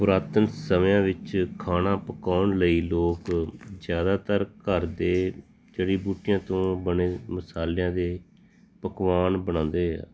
ਪੁਰਾਤਨ ਸਮਿਆਂ ਵਿੱਚ ਖਾਣਾ ਪਕਾਉਣ ਲਈ ਲੋਕ ਜ਼ਿਆਦਾਤਰ ਘਰ ਦੇ ਜੜੀ ਬੂਟੀਆਂ ਤੋਂ ਬਣੇ ਮਸਾਲਿਆਂ ਦੇ ਪਕਵਾਨ ਬਣਾਉਂਦੇ